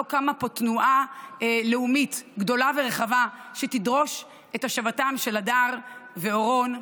לא קמה פה תנועה לאומית גדולה ורחבה שתדרוש את השבתם של הדר ואורון,